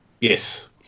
Yes